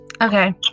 okay